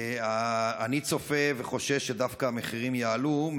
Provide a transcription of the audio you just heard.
אני צופה וחושש שהמחירים דווקא יעלו,